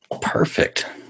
Perfect